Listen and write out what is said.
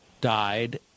died